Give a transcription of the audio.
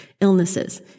illnesses